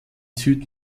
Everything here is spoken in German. süd